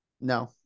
No